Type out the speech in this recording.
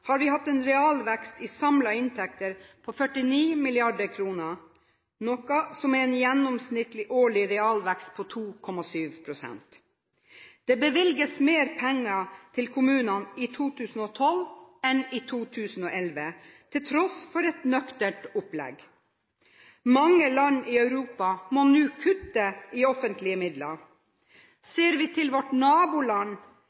har vi hatt en realvekst i samlede inntekter på 49 mrd. kr, noe som er en gjennomsnittlig årlig realvekst på 2,7 pst. Det bevilges mer penger til kommunene i 2012 enn i 2011, til tross for et nøkternt opplegg. Mange land i Europa må nå kutte i offentlige midler.